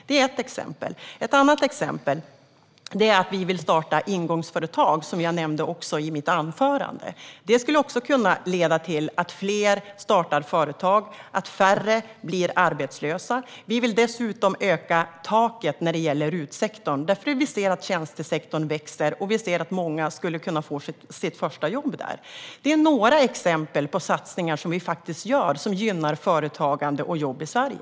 Det är ett exempel. Ett annat exempel är att vi vill starta ingångsföretag, som jag nämnde i mitt huvudanförande. Också detta skulle kunna leda till att fler startar företag och att färre blir arbetslösa. Vi vill dessutom höja taket när det gäller RUT-sektorn, för vi ser att tjänstesektorn växer och att många skulle kunna få sitt första jobb där. Det är några exempel på satsningar som vi gör och som gynnar företagande och jobb i Sverige.